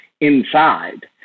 inside